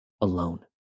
alone